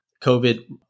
COVID